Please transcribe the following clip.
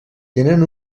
tenen